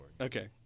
Okay